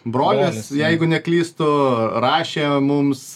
brolis jeigu neklystu rašė mums